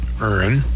earn